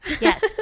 Yes